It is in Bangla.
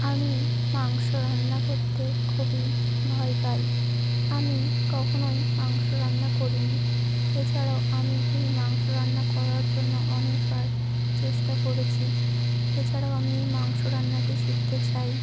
আমি মাংস রান্না করতে খুবই ভয় পাই আমি কখনোই মাংস রান্না করিনি এছাড়াও আমি এই মাংস রান্না করার জন্য অনেকবার চেষ্টা করেছি এছাড়াও আমি এই মাংস রান্নাটি শিখতে চাই